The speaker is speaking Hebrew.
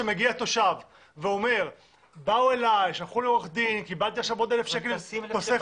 כשמגיע תושב ואומר שבאו אליו ולקחו לו עוד אלף שקלים וכולי,